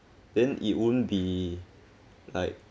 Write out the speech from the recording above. then it won't be like